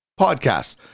podcasts